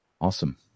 awesome